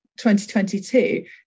2022